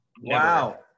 Wow